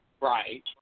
Right